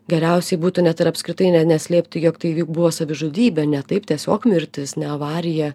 geriausiai būtų net ir apskritai ne neslėpti jog tai buvo savižudybė ne taip tiesiog mirtis ne avarija